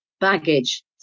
baggage